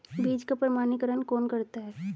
बीज का प्रमाणीकरण कौन करता है?